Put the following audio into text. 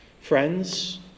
friends